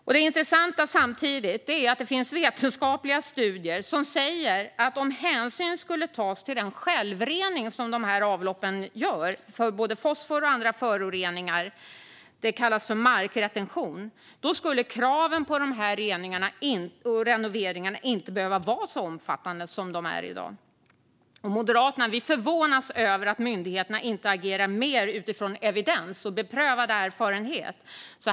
Det är intressant, för samtidigt finns det vetenskapliga studier som säger att om hänsyn skulle tas till den självrening som dessa avlopp gör när det gäller både fosfor och andra föroreningar - det kallas för markretention - så skulle kraven på renoveringarna inte behöva vara så omfattande som de är i dag. Vi moderater förvånas över att myndigheterna inte agerar mer utifrån evidens och beprövad erfarenhet.